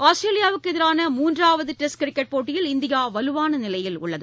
ஆஸ்திரேலியாவுக்குஎதரிரான மூன்றாவதுடெஸ்ட் கிரிக்கெட் போட்டயில் இந்தியாவலுவானநிலையில் உள்ளது